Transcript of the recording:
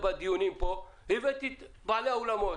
בדיונים פה הבאתי לכאן את בעלי האולמות,